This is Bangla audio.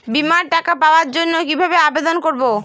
বিমার টাকা পাওয়ার জন্য কিভাবে আবেদন করব?